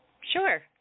Sure